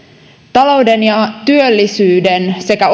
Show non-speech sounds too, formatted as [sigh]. talouden ja työllisyyden sekä [unintelligible]